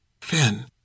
Finn